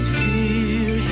fear